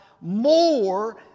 more